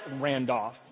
randolph